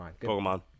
Pokemon